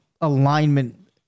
alignment